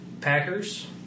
Packers